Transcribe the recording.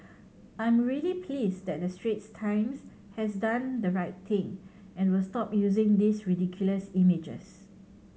I'm really pleased that the Straits Times has done the right thing and will stop using these ridiculous images